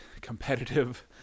competitive